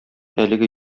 әлеге